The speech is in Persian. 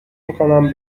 میکنم